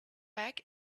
back